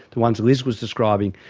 the ones that liz was describing,